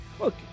look